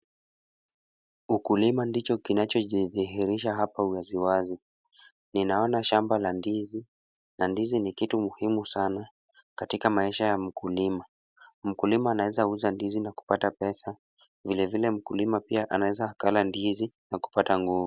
Ukulima ndicho kinachijidhihirisha hapa wazi wazi, naona shamba la ndizi na ndizi ni kitu muhimu sana katika maisha ya mkulima. Mkulima anaweza uza ndizi na kuoata pesa, vilevile pia mkulima anaweza pia akala ndizi na kupata nguvu.